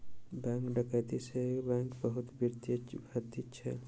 bank डकैती से bank के बहुत वित्तीय क्षति भेल